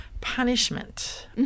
Punishment